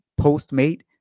Postmate